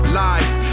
lies